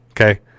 Okay